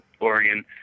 Oregon